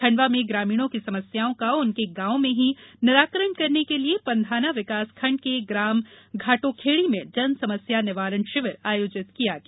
खंडवा में ग्रामीणों की समस्याओं का उनके गांव में ही निराकरण करने के लिये पंधाना विकासखण्ड के ग्राम घाटोखेड़ी में जनसमस्या निवारण शिविर आयोजित किया गया